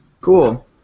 Cool